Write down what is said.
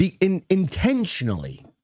Intentionally